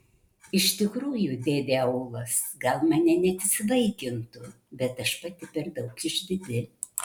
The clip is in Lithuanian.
iš tikrųjų dėdė aulas gal mane net įsivaikintų bet aš pati per daug išdidi